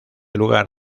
lugar